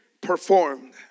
performed